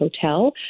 Hotel